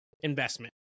investment